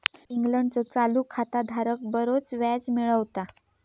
इंग्लंडचो चालू खाता धारक बरोच व्याज मिळवता